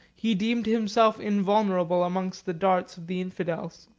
he deemed himself invulnerable amidst the darts of the infidels.